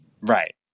Right